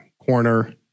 corner